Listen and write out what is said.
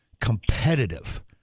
competitive